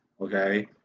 okay